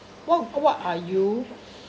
what what are you